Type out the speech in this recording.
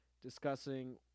discussing